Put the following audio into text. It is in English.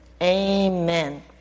Amen